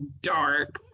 dark